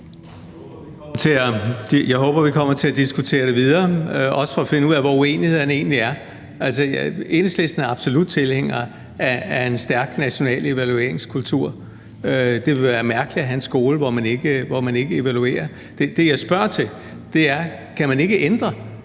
Jeg håber, vi kommer til at diskutere det videre, også for at finde ud af, hvor uenighederne egentlig er. Altså, Enhedslisten er absolut tilhænger af en stærk national evalueringskultur. Det ville være mærkeligt at have en skole, hvor man ikke evaluerer. Det, jeg spørger til, er, om man ikke kan ændre